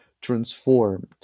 transformed